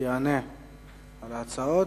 יענה על ההצעות.